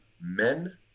men